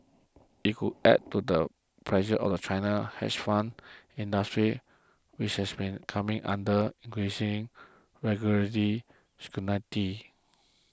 it would add to the pressure on China's hedge fund industry which has also been coming under increasing regulatory scrutiny